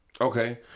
okay